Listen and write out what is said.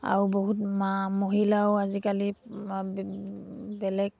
আৰু বহুত মা মহিলাও আজিকালি বেলেগ